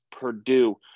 Purdue